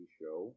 show